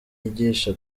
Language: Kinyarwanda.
yigisha